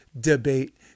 Debate